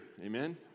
Amen